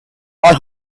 are